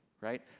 right